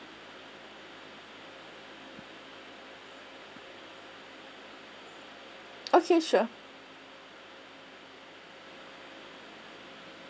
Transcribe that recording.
okay sure